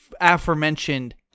aforementioned